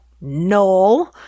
no